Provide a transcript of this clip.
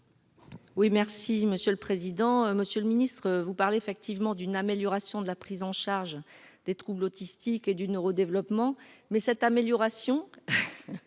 Oui, merci Monsieur le président, Monsieur le Ministre, vous parle effectivement d'une amélioration de la prise en charge des troubles autistiques et du nord au développement, mais cette amélioration